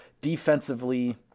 Defensively